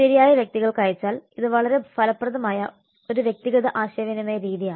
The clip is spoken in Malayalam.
ശരിയായ വ്യക്തികൾക്ക് അയച്ചാൽ ഇത് വളരെ ഫലപ്രദമായ ഒരു വ്യക്തിഗത ആശയവിനിമയ രീതിയാണ്